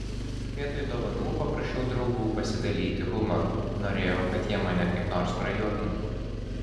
vietoj dovanų paprašiau draugų pasidalyti humoru norėjau kad jie mane kaip nors prajuokintų